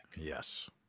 Yes